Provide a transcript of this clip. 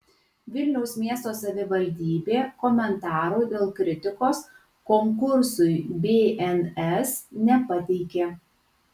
vilniaus miesto savivaldybė komentarų dėl kritikos konkursui bns nepateikė